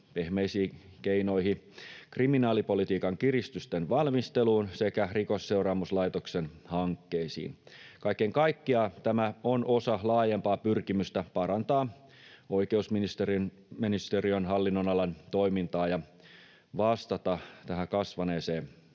pehmeisiin keinoihin, kriminaalipolitiikan kiristysten valmisteluun sekä Rikosseuraamuslaitoksen hankkeisiin. Kaiken kaikkiaan tämä on osa laajempaa pyrkimystä parantaa oikeusministeriön hallinnonalan toimintaa ja vastata tähän kasvaneeseen